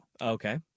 Okay